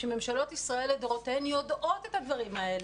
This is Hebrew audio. שממשלות ישראל לדורותיהן יודעות את הדברים האלה,